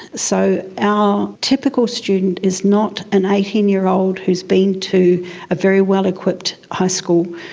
so our typical student is not an eighteen year old who has been to a very well-equipped high school,